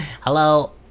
hello